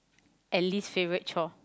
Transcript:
and least favourite chore